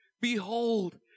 Behold